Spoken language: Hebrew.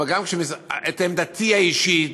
אבל את עמדתי האישית,